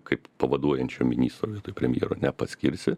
kaip pavaduojančiam ministrui tai premjero nepaskirsi